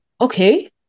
okay